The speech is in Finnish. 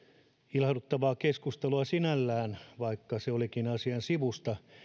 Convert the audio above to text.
ilahduttavaa keskustelua sinällään vaikka se käytiinkin asian sivusta